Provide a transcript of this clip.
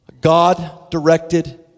God-directed